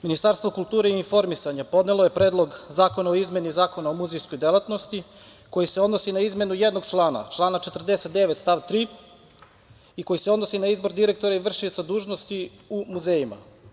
Ministarstvo kulture i informisanja podnelo je Predlog zakona o izmeni Zakona o muzejskog delatnosti, koji se odnosi na izmenu jednog člana, člana 49. stav 3. i koji se odnosi na izbor direktora i vršioca dužnosti u muzejima.